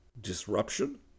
disruption